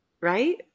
right